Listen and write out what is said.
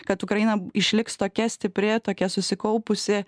kad ukraina išliks tokia stipri tokia susikaupusi